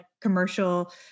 commercial